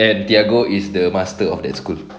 and their goal is the master of that school